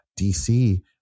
DC